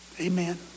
Amen